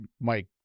Mike